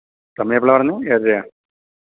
സമയം എപ്പോഴാണ് പറഞ്ഞത് ഏഴരയോ